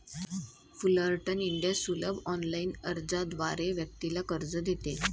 Fullerton India सुलभ online अर्जाद्वारे व्यक्तीला कर्ज देते